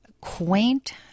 quaint